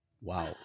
Wow